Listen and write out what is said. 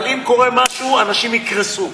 אבל אם קורה משהו, אנשים יקרסו.